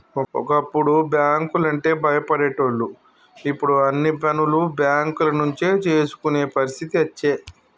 ఒకప్పుడు బ్యాంకు లంటే భయపడేటోళ్లు ఇప్పుడు అన్ని పనులు బేంకుల నుంచే చేసుకునే పరిస్థితి అచ్చే